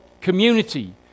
community